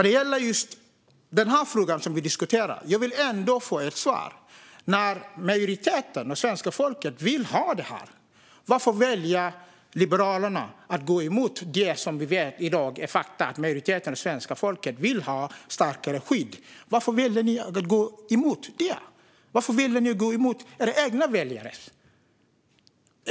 Beträffande just den fråga som vi diskuterar vill jag ändå få ett svar. Varför väljer Liberalerna att gå emot det som vi vet är fakta, alltså att majoriteten av svenska folket vill ha ett starkare skydd? Och varför vill Liberalerna gå emot sina egna väljare?